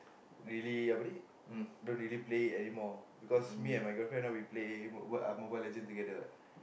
really apa ni don't really play anymore because me and my girlfriend ah we play Mobile-Legend together what